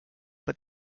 but